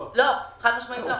לא, חד-משמעית לא.